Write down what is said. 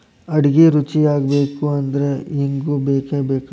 ಅಡಿಗಿ ರುಚಿಯಾಗಬೇಕು ಅಂದ್ರ ಇಂಗು ಬೇಕಬೇಕ